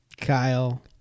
Kyle